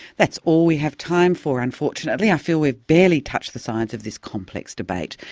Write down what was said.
that's all we have time for, unfortunately. i feel we've barely touched the sides of this complex debate.